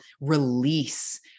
release